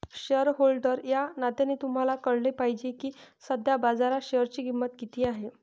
shareholder या नात्याने तुम्हाला कळले पाहिजे की सध्या बाजारात शेअरची किंमत किती आहे